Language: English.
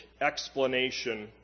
explanation